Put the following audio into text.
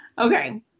okay